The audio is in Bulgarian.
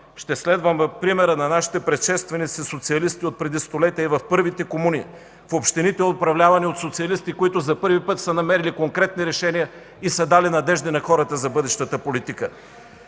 ще следваме примера на нашите предшественици социалистите от преди столетия в първите комуни, в общините, управлявани от социалисти, които за първи път са намерили конкретни решения и са дали надежда на хората за бъдещата политика.